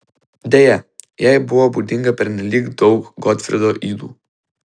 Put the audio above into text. deja jai buvo būdinga pernelyg daug gotfrido ydų